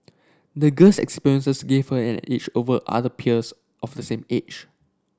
the girl's experiences gave her an edge over other peers of the same age